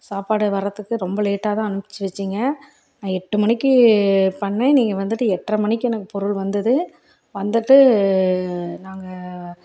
சாப்பாடு வரதுக்கு ரொம்ப லேட்டாக தான் அனுப்ச்சு வைச்சிங்க நான் எட்டு மணிக்கு பண்ணிணேன் நீங்கள் வந்துட்டு எட்டரை மணிக்கி எனக்கு பொருள் வந்தது வந்துட்டு நாங்கள்